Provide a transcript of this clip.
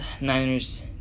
Niners